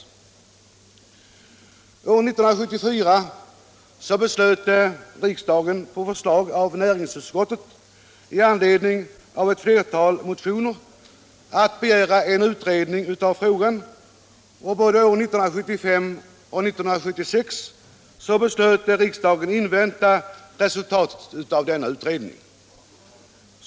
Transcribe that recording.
År 1974 beslöt riksdagen på förslag av näringsutskottet med anledning av ett flertal motioner att begära en utredning av frågan, och både år 1975 och 1976 beslöt riksdagen invänta resultatet av denna utredning.